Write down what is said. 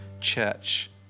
church